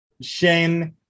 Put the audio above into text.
Shane